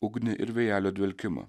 ugnį ir vėjelio dvelkimą